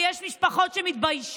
כי יש משפחות שמתביישות